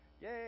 Yay